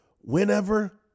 whenever